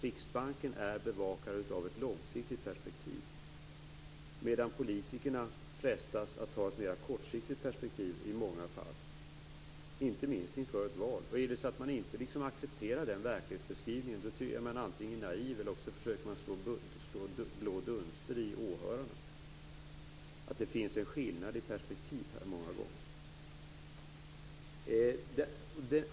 Riksbanken är bevakare av ett långsiktigt perspektiv, medan politikerna i många fall frestas att ta ett mer kortsiktigt perspektiv - inte minst inför ett val. Om man inte accepterar den verklighetsbeskrivningen är man antingen naiv eller så försöker man slå blå dunster i åhörarna. Det finns en skillnad i perspektiv.